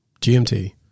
GMT